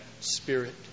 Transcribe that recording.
spirit